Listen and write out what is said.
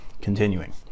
Continuing